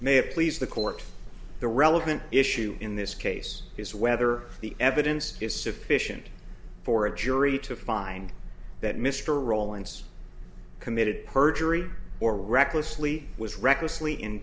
may have please the court the relevant issue in this case is whether the evidence is sufficient for a jury to find that mr rowland's committed perjury or recklessly was recklessly